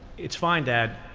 it's fine, dad.